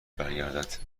برگردد